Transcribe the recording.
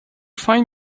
find